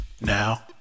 Now